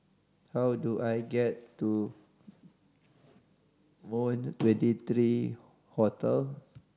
how do I get to Moon Twenty three Hotel